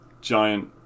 giant